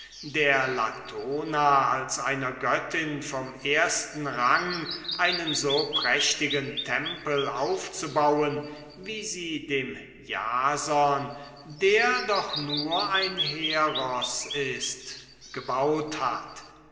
der latona als einer göttin vom ersten rang einen so prächtigen tempel aufzubauen wie sie dem jason der doch nur ein heros war gebaut hat